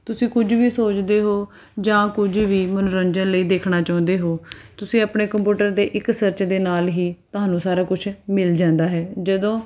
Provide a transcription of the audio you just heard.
ਤੁਸੀਂ ਕੁਝ ਵੀ ਸੋਚਦੇ ਹੋ ਜਾਂ ਕੁਝ ਵੀ ਮਨੋਰੰਜਨ ਲਈ ਦੇਖਣਾ ਚਾਹੁੰਦੇ ਹੋ ਤੁਸੀਂ ਆਪਣੇ ਕੰਪਿਊਟਰ ਦੇ ਇੱਕ ਸਰਚ ਦੇ ਨਾਲ ਹੀ ਤੁਹਾਨੂੰ ਸਾਰਾ ਕੁਛ ਮਿਲ ਜਾਂਦਾ ਹੈ ਜਦੋਂ